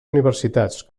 universitats